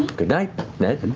good night, ned.